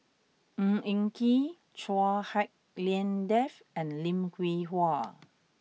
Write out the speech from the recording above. Ng Eng Kee Chua Hak Lien Dave and Lim Hwee Hua